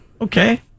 Okay